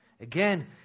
again